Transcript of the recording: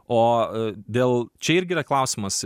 o dėl čia irgi yra klausimas